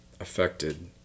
affected